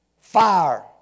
fire